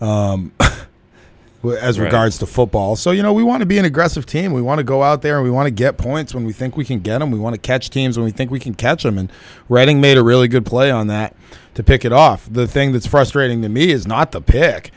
guy as regards to football so you know we want to be an aggressive team we want to go out there we want to get points when we think we can get them we want to catch teams we think we can catch them and reading made a really good play on that to pick it off the thing that's frustrating to me is not the pick